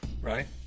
right